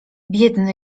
biedny